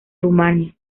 rumanía